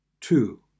Two